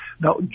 Now